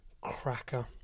cracker